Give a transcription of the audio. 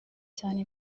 cyane